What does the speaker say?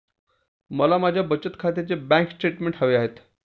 मला माझ्या बचत खात्याचे बँक स्टेटमेंट्स हवे आहेत